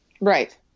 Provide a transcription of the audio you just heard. Right